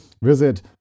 Visit